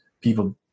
People